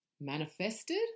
manifested